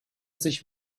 sich